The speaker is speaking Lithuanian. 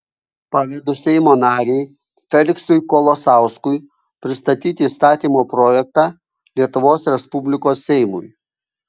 pavedu seimo nariui feliksui kolosauskui pristatyti įstatymo projektą lietuvos respublikos seimui